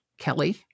Kelly